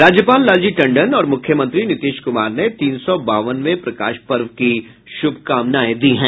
राज्यपाल लालजी टंडन और मुख्यमंत्री नीतीश कुमार ने तीन सौ बावनवें प्रकाश पर्व की शुभकामनाएं दी है